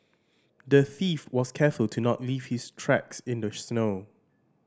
the thief was careful to not leave his tracks in the snow